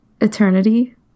eternity